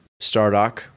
Stardock